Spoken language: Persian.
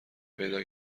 پیدا